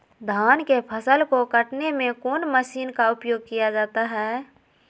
धान के फसल को कटने में कौन माशिन का उपयोग किया जाता है?